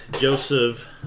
Joseph